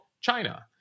China